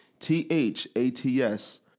T-H-A-T-S